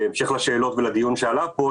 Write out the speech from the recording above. בהמשך לשאלות ולדיון שעלה פה,